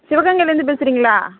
சிவகங்கையில் இருந்து பேசுகிறீங்களா